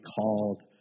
called